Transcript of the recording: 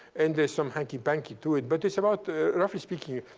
and there's some hanky-panky to it, but it's about, roughly speaking,